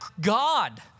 God